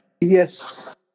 Yes